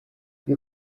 you